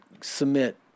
submit